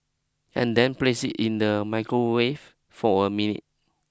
and then place it in the microwave for a minute